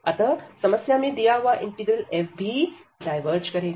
अतः समस्या में दिया हुआ इंटीग्रल f भी डायवर्ज करेगा